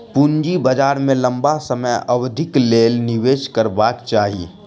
पूंजी बाजार में लम्बा समय अवधिक लेल निवेश करबाक चाही